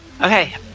Okay